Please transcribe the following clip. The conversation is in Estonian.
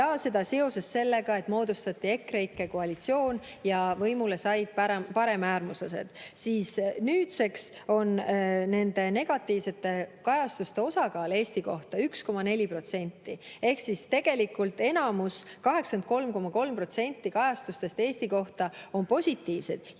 ja seda seoses sellega, et moodustati EKREIKE koalitsioon ja võimule said paremäärmuslased. Nüüdseks on nende negatiivsete kajastuste osakaal Eesti kohta 1,4%. Ehk siis tegelikult enamus, 83,3% kajastustest Eesti kohta on positiivsed.